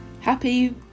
Happy